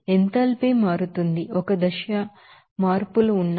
enthalpy మారుతుంది ఒక దశ మార్పులు ఉన్నాయి